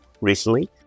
recently